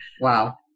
Wow